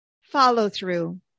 follow-through